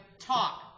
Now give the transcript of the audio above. talk